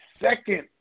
second